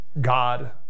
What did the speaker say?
God